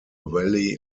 valley